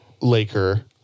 Laker